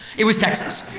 it was texas.